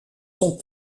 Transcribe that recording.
sont